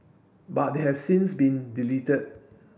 but they have since been deleted